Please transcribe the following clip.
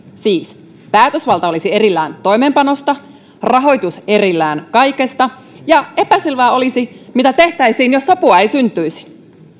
siis päätösvalta olisi erillään toimeenpanosta rahoitus erillään kaikesta ja epäselvää olisi mitä tehtäisiin jos sopua ei syntyisi